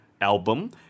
album